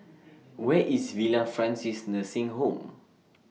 Where IS Villa Francis Nursing Home